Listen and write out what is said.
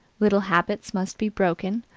little habits must be broken,